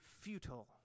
futile